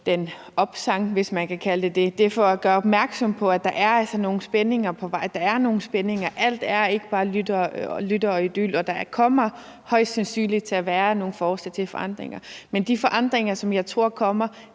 den opsang, hvis man kan kalde det det, var for at gøre opmærksom på, at der altså er nogle spændinger på vej. Der er nogle spændinger, alt er ikke bare lutter idyl, og der kommer højst sandsynligt nogle forslag til forandringer. Men de forandringer, som jeg tror kommer,